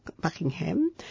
Buckingham